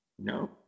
No